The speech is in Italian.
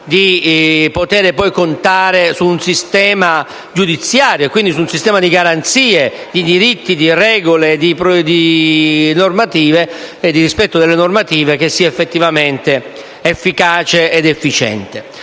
di poter poi contare sul sistema giudiziario e quindi su un sistema di garanzie, di diritti, di regole e di rispetto delle normative realmente efficace ed efficiente.